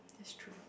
that's true